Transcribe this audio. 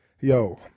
yo